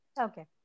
Okay